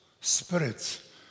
spirits